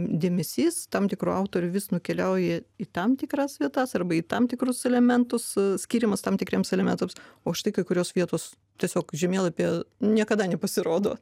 dėmesys tam tikrų autorių vis nukeliauja į tam tikras vietas arba į tam tikrus elementus skyrimas tam tikriems elementams o štai kai kurios vietos tiesiog žemėlapyje niekada nepasirodo